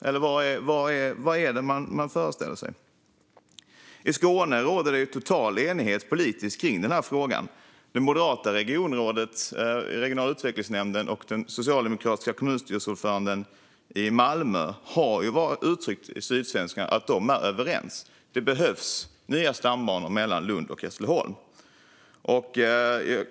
Eller vad är det man föreställer sig? I Skåne råder total politisk enighet i frågan. Det moderata regionrådet i den regionala utvecklingsnämnden och den socialdemokratiska kommunstyrelseordföranden i Malmö har uttryckt i Sydsvenskan att de är överens: Det behövs nya stambanor mellan Lund och Hässleholm.